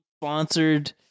sponsored